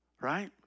right